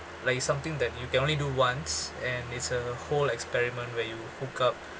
like it's something that you can only do once and it's a whole experiment where you hook up